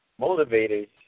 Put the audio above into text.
motivators